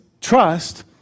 trust